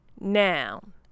noun